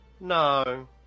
No